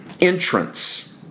entrance